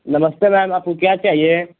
नमस्ते मैम आपको क्या चाहिए